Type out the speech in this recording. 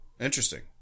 Interesting